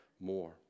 more